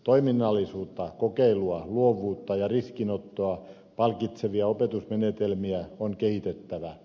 toiminnallisuutta kokeilua luovuutta ja riskinottoa palkitsevia opetusmenetelmiä on kehitettävä